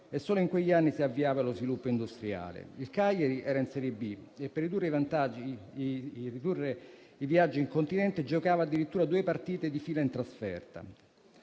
e solo in quegli anni si avviava lo sviluppo industriale. Il Cagliari era in serie B e, per ridurre i viaggi in continente, giocava addirittura due partite di fila in trasferta.